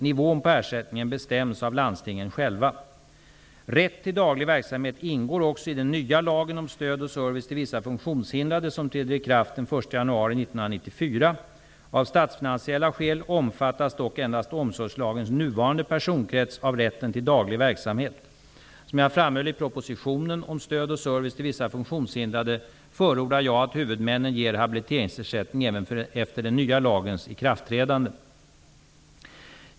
Nivån på ersättningen bestäms av landstingen själva. 1994. Av statsfinansiella skäl omfattas dock endast omsorgslagens nuvarande personkrets av rätten till daglig verksamhet. Som jag framhöll i propositionen om stöd och service till vissa funktionshindrade, förordar jag att huvudmännen ger habiliteringsersättning även efter den nya lagens ikraftträdande.